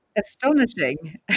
astonishing